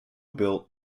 built